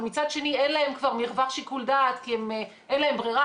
אבל מצד שני אין להם כבר מרווח שיקול דעת כי אין להם ברירה